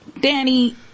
Danny